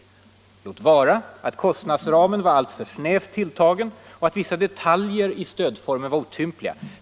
Låt vara att kostnadsramen var alltför snävt tilltagen och att vissa detaljer i stödformen var otympliga.